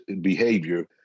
behavior